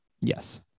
yes